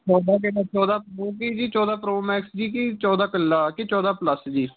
ਚੌਦਾਂ ਜੀ ਚੌਦਾਂ ਪਰੋ ਮੈਕਸ ਜੀ ਕਿ ਚੌਦਾਂ ਇਕੱਲਾ ਕਿ ਚੌਦਾਂ ਪਲੱਸ ਜੀ